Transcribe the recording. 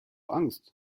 angst